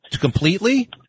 completely